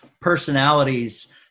personalities